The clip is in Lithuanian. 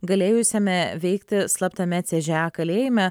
galėjusiame veikti slaptame c ž a kalėjime